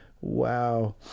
Wow